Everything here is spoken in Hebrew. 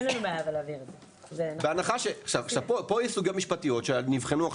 עכשיו פה יש סוגיות משפטיות שנבחנו,